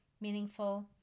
meaningful